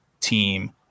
team